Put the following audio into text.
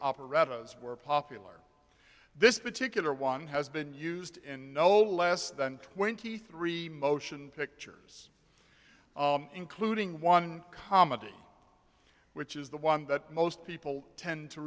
operettas were popular this particular one has been used in no less than twenty three motion pictures including one comedy which is the one that most people tend to